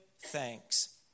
thanks